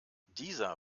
dieser